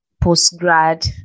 post-grad